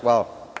Hvala.